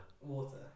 water